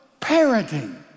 parenting